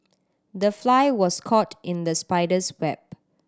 the fly was caught in the spider's web